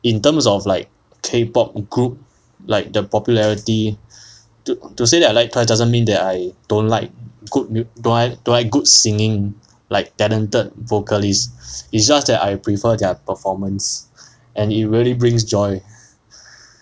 in terms of like K pop group like the popularity to to say that I like twice doesn't mean that I don't like good mu~ don't like don't like good singing like talented vocalist it's just that I prefer their performance and it really brings joy